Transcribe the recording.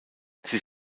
sie